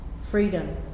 freedom